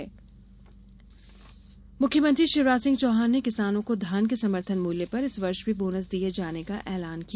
बालाघाट षिलान्यास मुख्यमंत्री शिवराज सिंह चौहान ने किसानों को धान के समर्थन मूल्य पर इस वर्ष भी बोनस दिए जाने का ऐलान किया